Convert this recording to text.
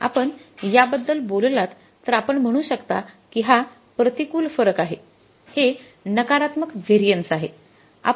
आपण याबद्दल बोलता तर आपण म्हणू शकता की हा प्रतिकूल फरक आहे हे नकारात्मक व्हेरिएन्सआहे